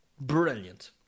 Brilliant